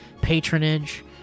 patronage